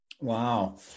Wow